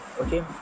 Okay